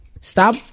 Stop